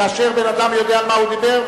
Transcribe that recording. כאשר בן-אדם יודע מה הוא דיבר,